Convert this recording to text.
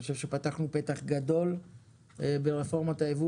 אני חושב שפתחנו פתח גדול ברפורמת היבוא